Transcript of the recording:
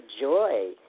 joy